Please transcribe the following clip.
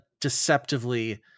deceptively